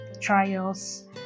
trials